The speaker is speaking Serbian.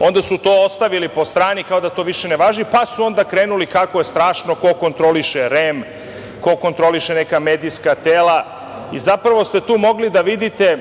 Onda su to ostavili po strani, kao da to više ne važi, pa su onda krenuli kako je strašno ko kontroliše REM, ko kontroliše neka medijska tela i tu ste zapravo mogli da vidite,